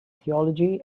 theology